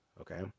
okay